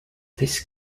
this